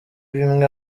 bimwe